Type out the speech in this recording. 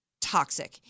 toxic